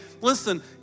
Listen